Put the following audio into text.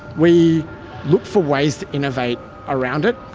we look for ways to innovate around it.